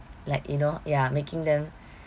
like you know ya making them